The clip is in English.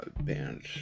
band